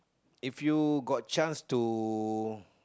if you got chance to